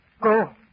Go